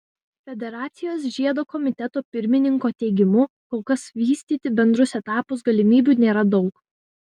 federacijos žiedo komiteto pirmininko teigimu kol kas vystyti bendrus etapus galimybių nėra daug